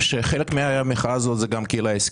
כאשר חלק מהמחאה זאת גם הקהילה העסקית.